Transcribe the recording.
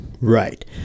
Right